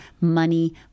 money